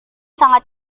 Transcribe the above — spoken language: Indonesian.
sangat